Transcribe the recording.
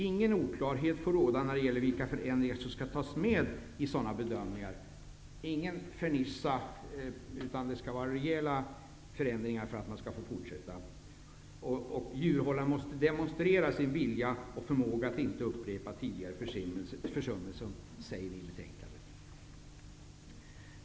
Inga oklarheter får råda när det gäller vilka förändringar som skall tas med i en sådan bedömning. Det skall alltså inte enbart vara fernissa, utan det skall göras rejäla förändringar för att man skall få fortsätta med djurhållningen. Av betänkandet framgår det att djurhållaren måste demonstrera sin vilja och förmåga att inte upprepa tidigare försummelser.